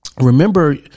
remember